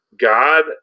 God